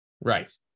Right